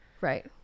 Right